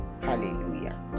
Hallelujah